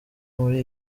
muri